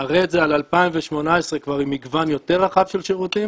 נראה את זה על 2018 כבר עם מגוון יותר רחב של שירותים